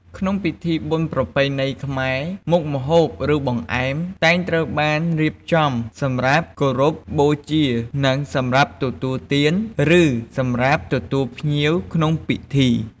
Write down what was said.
ក្នុងពិធីបុណ្យប្រពៃណីខ្មែរ មុខម្ហូបឬបង្អែម តែងត្រូវបានរៀបចំសម្រាប់គោរពបូជានិង សម្រាប់ទទួលទាន ឬសម្រាប់ទទួលភ្ញៀវក្នុងពិធី ។